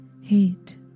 hate